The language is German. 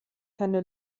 keine